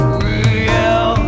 real